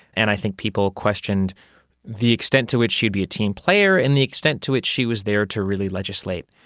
and i think people questioned the extent to which she would be a team player and the extent to which she was there to really legislate.